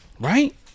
right